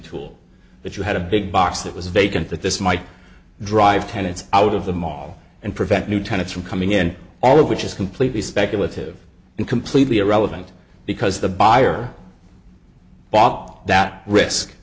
tool that you had a big box that was vacant that this might drive tenants out of the mall and prevent new tenants from coming in all of which is completely speculative and completely irrelevant because the buyer bought all that risk